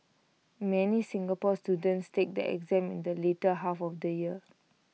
many Singapore students take the exam in the later half of the year